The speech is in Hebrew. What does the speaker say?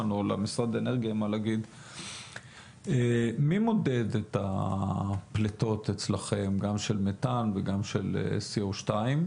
מי מודד את הפליטות אצלכם גם של מתאן וגם של CO2,